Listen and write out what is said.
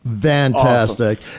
Fantastic